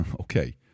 okay